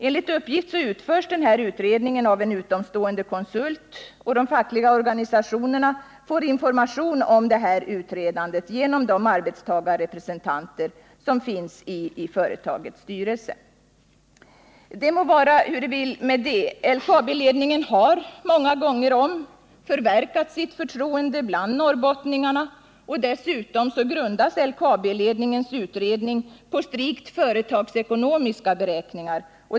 Enligt uppgift utförs denna utredning av en utomstående konsult, och de fackliga organisationerna får information om detta utredande genom de arbetstagarrepresentanter som finns i företagets styrelse. Det må vara hur det vill med detta. LKAB-ledningen har många gånger om förverkat sitt förtroende bland norrbottningarna, och dessutom grundas LKAB-ledningens utredning på strikt företagsekonomiska beräkningar.